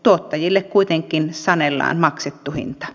tuottajille kuitenkin sanellaan maksettu hinta